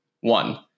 One